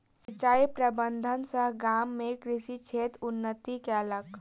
सिचाई प्रबंधन सॅ गाम में कृषि क्षेत्र उन्नति केलक